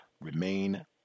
remain